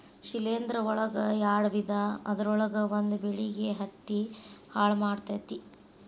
ಶಿಲೇಂಧ್ರ ಒಳಗ ಯಾಡ ವಿಧಾ ಅದರೊಳಗ ಒಂದ ಬೆಳಿಗೆ ಹತ್ತಿ ಹಾಳ ಮಾಡತತಿ